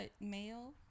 male